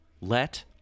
Let